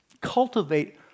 cultivate